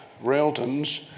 Railton's